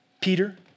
Peter